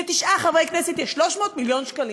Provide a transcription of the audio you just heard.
לתשעה חברי כנסת יש 300 מיליון שקלים.